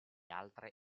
altre